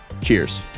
cheers